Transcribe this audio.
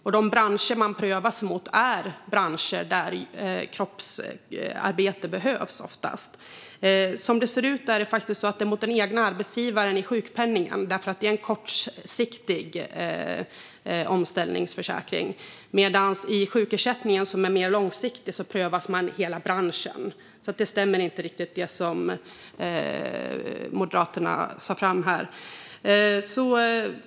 Och de branscher som dessa människor prövas mot är ofta branscher där kroppsarbete behövs. Som det ser ut handlar det i sjukpenningen om att prövas mot den egna arbetsgivaren eftersom det är en kortsiktig omställningsförsäkring. Men i sjukersättningen, som är mer långsiktig, prövas man mot hela branschen. Det som Moderaterna säger stämmer därför inte riktigt.